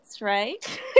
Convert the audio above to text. right